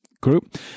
group